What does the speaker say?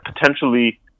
potentially